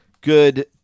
good